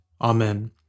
Amen